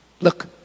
look